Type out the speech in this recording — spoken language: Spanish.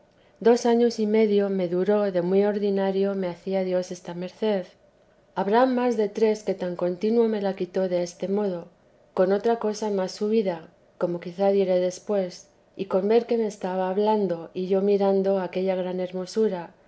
dos años y medio me duró que muy ordinario me hacía dios esta merced habrá más de tres que tan contino me la quitó deste modo con otra cosa más subida como quizá diré después y con ver que me estaba hablando y yo mirando aquella gran hermosura